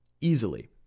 easily